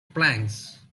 planks